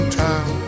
town